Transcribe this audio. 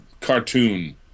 cartoon